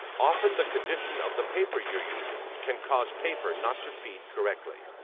often the condition of the paper you're using can cause paper not to feed correctly.